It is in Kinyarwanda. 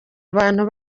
abantu